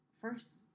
first